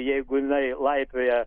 jeigu jinai laipioja